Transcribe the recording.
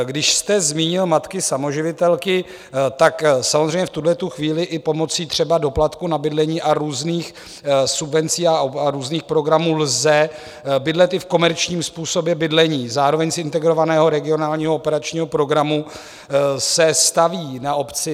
Když jste zmínil matky samoživitelky, samozřejmě v tuhletu chvíli i pomocí třeba doplatku na bydlení a různých subvencí a různých programů lze bydlet i v komerčním způsobu bydlení, zároveň z Integrovaného regionální operačního programu se staví na obci.